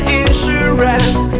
insurance